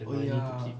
oh ya